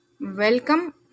Welcome